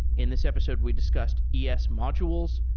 in this episode, we discussed es modules,